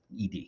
ED